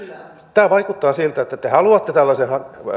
vaikuttaa siltä että te haluatte tällaisen